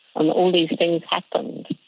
and all these things happened.